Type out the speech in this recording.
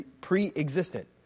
pre-existent